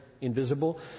invisible